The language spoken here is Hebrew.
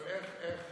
אבל איך